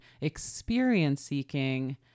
experience-seeking